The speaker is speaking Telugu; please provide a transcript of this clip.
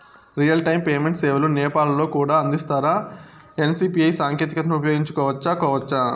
రియల్ టైము పేమెంట్ సేవలు నేపాల్ లో కూడా అందిస్తారా? ఎన్.సి.పి.ఐ సాంకేతికతను ఉపయోగించుకోవచ్చా కోవచ్చా?